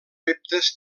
reptes